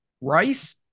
Rice